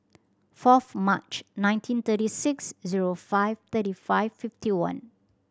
fourth March nineteen thirty six zero five thirty five fifty one